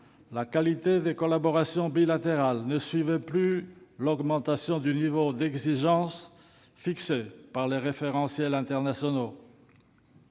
la qualité des collaborations bilatérales ne suivait plus l'augmentation du niveau d'exigence fixé par les référentiels internationaux.